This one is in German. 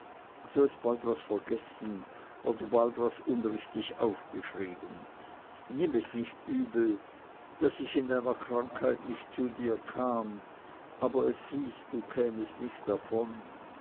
so ist bald was vergessen oder bald was unrichtig aufgeschrieben nimm es nicht übel daß ich in deiner krankheit nicht zu dir kam aber es hieß du kämest nicht davon